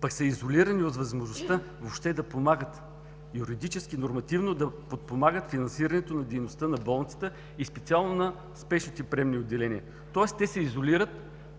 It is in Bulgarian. пък са изолирани от възможността въобще да помагат – юридически, нормативно да подпомагат финансирането на дейността на болницата и специално на спешните приемни отделения. Тоест те се изолират